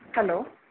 hello